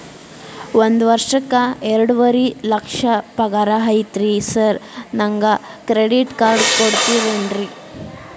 ಒಂದ್ ವರ್ಷಕ್ಕ ಎರಡುವರಿ ಲಕ್ಷ ಪಗಾರ ಐತ್ರಿ ಸಾರ್ ನನ್ಗ ಕ್ರೆಡಿಟ್ ಕಾರ್ಡ್ ಕೊಡ್ತೇರೆನ್ರಿ?